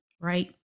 right